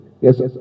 Yes